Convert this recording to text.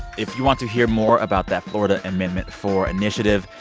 if you want to hear more about that florida amendment four initiative,